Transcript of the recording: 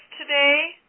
today